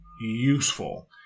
useful